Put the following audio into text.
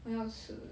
我要吃